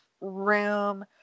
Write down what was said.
room